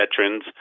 veterans